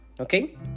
Okay